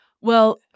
Well-